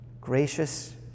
gracious